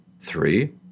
Three